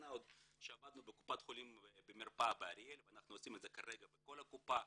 שנה עוד כשעבדנו במרפאה באריאל ואנחנו עושים את זה כרגע בכל הקופה.